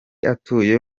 atuye